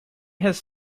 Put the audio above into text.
has